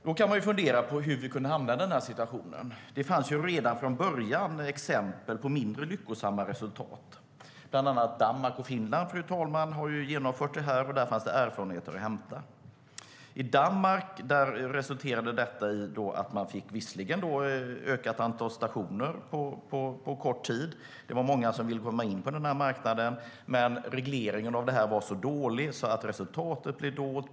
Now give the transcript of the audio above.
Då kan man fundera över hur vi kunde hamna i den här situationen. Redan från början fanns det exempel på mindre lyckosamma resultat. Bland annat har Danmark och Finland genomfört avregleringar, och där fanns det erfarenheter att hämta. I Danmark resulterade detta i att man visserligen fick ett ökat antal stationer på kort tid. Det var många som ville komma in på marknaden, men regleringen var så dålig att resultatet blev dåligt.